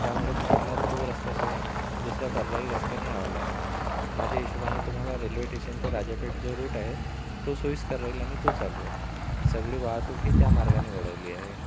त्यामुळे तुम्हाला तो रस्ता सोडून दुसऱ्या पर्यायी रस्त्यानं यावं लागेल माझ्या हिशेबाने तुम्हाला रेल्वे टेशन ते राजा पेठ जो रूट आहे तो सोईस्कर राहील आणि तो चालू आहे सगळी वाहतूकही त्या मार्गाने वळवली आहे